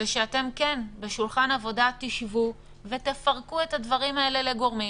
שאתם תשבו בשולחן עבודה ותפרקו את הדברים האלה לגורמים